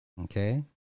Okay